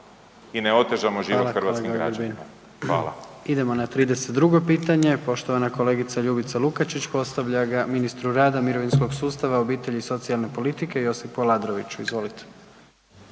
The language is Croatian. Hvala. **Jandroković, Gordan (HDZ)** Idemo na 32. pitanje poštovana kolegica Ljubica Lukačić postavlja ga ministru rada, mirovinskog sustava, obitelji i socijalne politike Josipu Aladroviću. Izvolite.